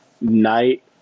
night